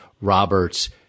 Roberts –